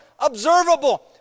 observable